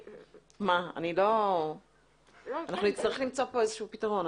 אנחנו נצטרך למצוא פה איזה שהוא פתרון,